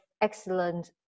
excellent